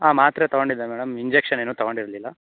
ಹಾಂ ಮಾತ್ರೆ ತಗೊಂಡಿದ್ದೆ ಮೇಡಮ್ ಇಂಜೆಕ್ಷನ್ ಏನು ತಗೊಂಡಿರಲಿಲ್ಲ